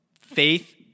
Faith